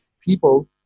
people